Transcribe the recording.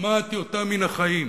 למדתי אותם מן החיים.